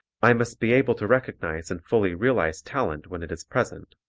i must be able to recognize and fully realize talent when it is present.